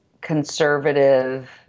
conservative